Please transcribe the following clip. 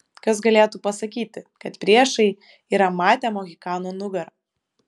kas galėtų pasakyti kad priešai yra matę mohikano nugarą